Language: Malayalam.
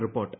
റിപ്പോർട്ട്